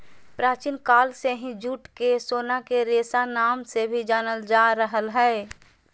प्राचीन काल से ही जूट के सोना के रेशा नाम से भी जानल जा रहल हय